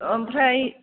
ओमफ्राय